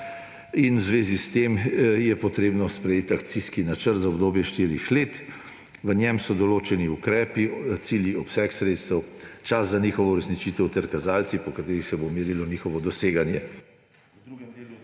in v zvezi s tem je treba sprejeti akcijski načrt za obdobje štirih let. V njem so določeni ukrepi, cilji, obseg sredstev, čas za njihovo uresničitev ter kazalci, po katerih se bo merilo njihovo doseganje.